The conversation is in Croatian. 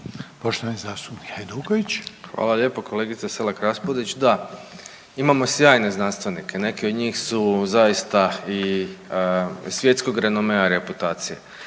Domagoj (Nezavisni)** Hvala lijepo. Kolegice Selak Raspudić, da, imamo sjajne znanstvenike, neki od njih su zaista i svjetskog renomea i reputacije.